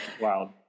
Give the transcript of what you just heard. Wow